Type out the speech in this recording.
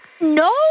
no